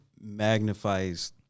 magnifies